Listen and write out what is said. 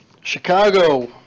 Chicago